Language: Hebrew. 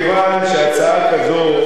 כיוון שהצעה כזו,